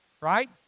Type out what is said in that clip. right